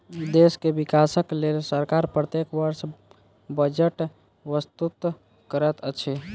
देश के विकासक लेल सरकार प्रत्येक वर्ष बजट प्रस्तुत करैत अछि